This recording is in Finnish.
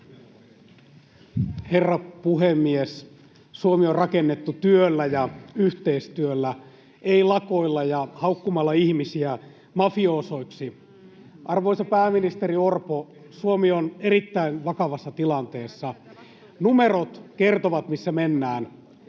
Herra puhemies! Suomi on rakennettu työllä ja yhteistyöllä, ei lakoilla ja haukkumalla ihmisiä mafiosoiksi. Arvoisa pääministeri Orpo, Suomi on erittäin vakavassa tilanteessa. Numerot kertovat missä mennään: